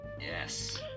Yes